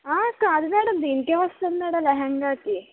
ఆ కాదు మేడం దీనికే వస్తుంది మేడం లెహెంగాకి